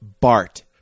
Bart